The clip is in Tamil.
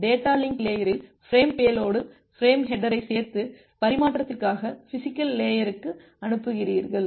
டேட்டா லிங்க் லேயரில் பிரேம் பேலோடோடு பிரேம் ஹேட்டரைச் சேர்த்து பரிமாற்றத்திற்காக பிஷிக்கல் லேயர்க்கு அனுப்புகிறீர்கள்